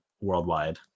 worldwide